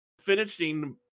finishing